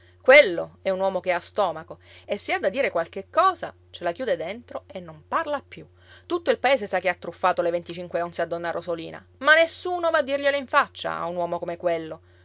quello è un uomo che ha stomaco e se ha da dire qualche cosa ce la chiude dentro e non parla più tutto il paese sa che ha truffato le venticinque onze a donna rosolina ma nessuno va a dirglielo in faccia a un uomo come quello